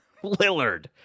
Lillard